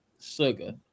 sugar